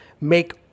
make